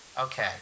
Okay